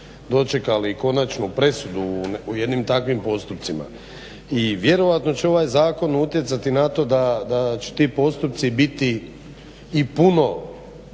dočekali konačnu presudu u jednim takvim postupcima. I vjerojatno će ovaj zakon utjecati da će ti postupci biti i puno